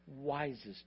Wisest